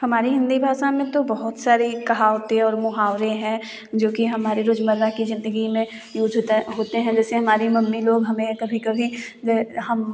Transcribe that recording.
हमारे हिंदी भाषा में तो बहुत सारी कहावतें और मुहावरे हैं जो कि हमारी रोज़मर्रा ज़िन्दगी में यूज़ होता है होते हैं जैसे हमारी मम्मी लोग हमें कभी कभी